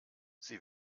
sie